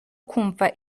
kumva